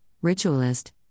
ritualist